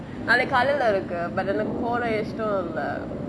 நாளைக்கு காலைலே இருக்கு:nalaaiku kalaile iruku but எனக்கு போர இஷ்டம் இல்லே:enaku pore ishtam illae